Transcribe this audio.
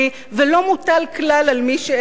ולא מוטל כלל על מי שאין לו.